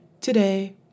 Today